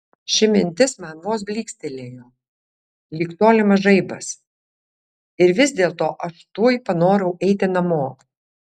ši mintis man vos blykstelėjo lyg tolimas žaibas ir vis dėlto aš tuoj panorau eiti namo